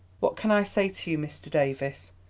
what can i say to you, mr. davies?